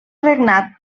regnat